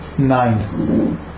nine